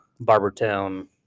Barbertown